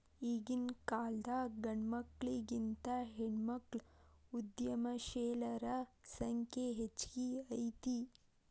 ಈಗಿನ್ಕಾಲದಾಗ್ ಗಂಡ್ಮಕ್ಳಿಗಿಂತಾ ಹೆಣ್ಮಕ್ಳ ಉದ್ಯಮಶೇಲರ ಸಂಖ್ಯೆ ಹೆಚ್ಗಿ ಐತಿ